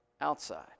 Outside